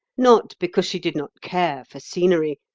not because she did not care for scenery.